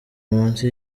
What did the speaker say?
munsi